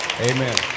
Amen